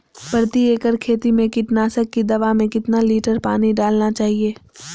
प्रति एकड़ खेती में कीटनाशक की दवा में कितना लीटर पानी डालना चाइए?